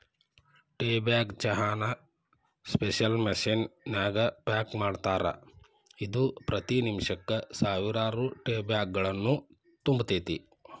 tea bag ಚಹಾನ special machine ನ್ಯಾಗ pack ಮಾಡ್ತಾರ, ಇದು ಪ್ರತಿ ನಿಮಿಷಕ್ಕ ಸಾವಿರಾರು ಟೇಬ್ಯಾಗ್ಗಳನ್ನು ತುಂಬತೇತಿ